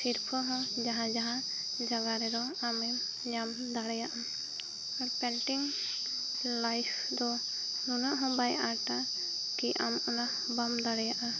ᱥᱤᱨᱯᱷᱟᱹ ᱦᱚᱸ ᱡᱟᱦᱟᱸ ᱡᱟᱦᱟᱸ ᱡᱟᱜᱟ ᱨᱮᱫᱚ ᱟᱢᱮᱢ ᱧᱟᱢ ᱫᱟᱲᱮᱭᱟᱜ ᱟᱢ ᱟᱨ ᱯᱮᱱᱴᱤᱝ ᱞᱟᱭᱤᱯᱷ ᱫᱚ ᱱᱩᱱᱟᱹᱜ ᱦᱚᱸ ᱵᱟᱭ ᱟᱸᱴᱟ ᱠᱤ ᱟᱢ ᱚᱱᱟ ᱵᱟᱢ ᱫᱟᱲᱮᱭᱟᱜᱼᱟ